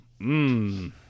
Mmm